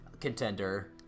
contender